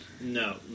No